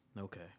Okay